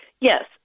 Yes